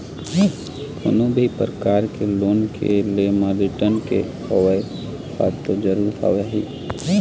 कोनो भी परकार के लोन के ले म रिर्टन के होवई ह तो जरुरी हवय ही